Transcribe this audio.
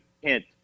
hint